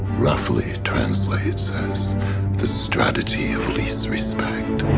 roughly translates as the strategy of least respect.